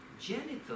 genital